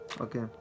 Okay